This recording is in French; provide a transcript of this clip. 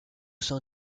sein